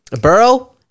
Burrow